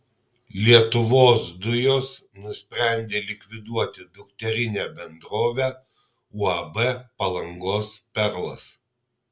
lietuvos dujos nusprendė likviduoti dukterinę bendrovę uab palangos perlas